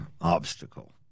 obstacle